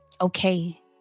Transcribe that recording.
okay